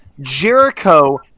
Jericho